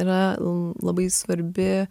yra labai svarbi